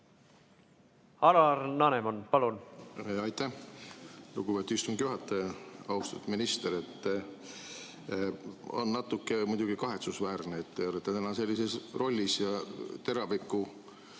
Alar Laneman, palun!